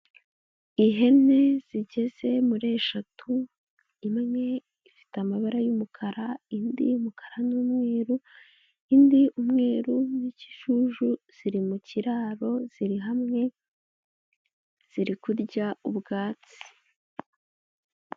Ihene zigeze muri eshatu, imwe ifite amabara y'umukara indi y'umukara n'umweru indi umweru n'ikijuju ziri mu kiraro ziri hamwe ziri kurya ubwatsi.